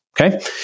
Okay